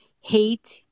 hate